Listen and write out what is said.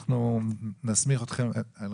אנחנו נסמיך אתכם.